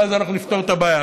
ואז אנחנו נפתור את הבעיה.